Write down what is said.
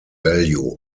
value